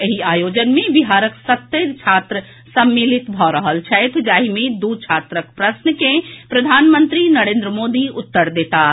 एहि आयोजन मे बिहारक सत्तरि छात्र सम्मिलित भऽ रहल छथि जाहि मे दू छात्रक प्रश्न के प्रधानमंत्री नरेन्द्र मोदी उत्तर देताह